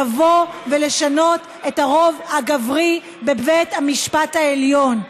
לבוא ולשנות את הרוב הגברי בבית המשפט העליון.